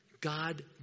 God